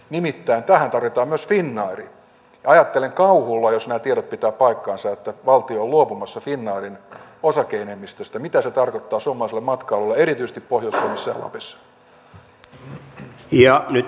nimittäin tähän tarvitaan myös finnairia ja ajattelen kauhulla että jos nämä tiedot pitävät paikkansa että valtio on luopumassa finnairin osake enemmistöstä niin mitä se tarkoittaa suomalaiselle matkailulle erityisesti pohjois suomessa ja lapissa